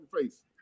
face